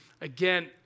again